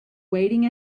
waiting